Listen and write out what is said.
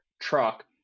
truck